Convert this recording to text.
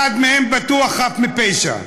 אחד מהם בטוח חף מפשע.